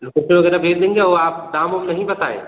location वगैरह भेज देंगे वो आप दाम उम नहीं बताएँ